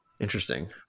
Interesting